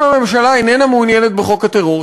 אם הממשלה איננה מעוניינת בחוק הטרור,